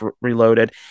Reloaded